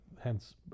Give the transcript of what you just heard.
hence